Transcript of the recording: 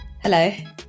Hello